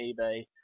eBay